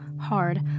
hard